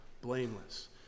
blameless